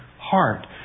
heart